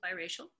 biracial